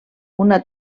una